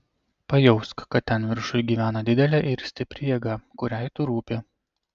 pajausk kad ten viršuj gyvena didelė ir stipri jėga kuriai tu rūpi